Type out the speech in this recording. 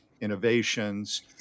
innovations